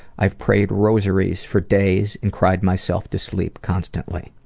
i've prayed rosaries for days and cried myself to sleep constantly.